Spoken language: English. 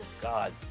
God